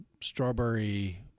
strawberry